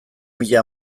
mila